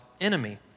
enemy